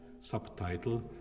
subtitle